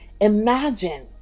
Imagine